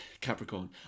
Capricorn